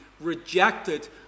rejected